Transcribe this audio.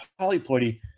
polyploidy